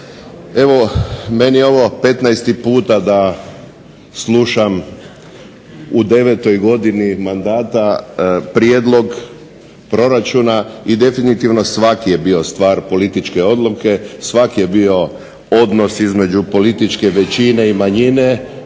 Evo meni je ovo 15. put da slušam u devetoj godini mandata prijedlog proračuna i definitivno svaki je bio stvar političke odluke, svaki je bio odnos između političke većine i manjine